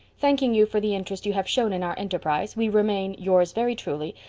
thanking you for the interest you have shown in our enterprise, we remain, yours very truly,